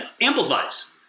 amplifies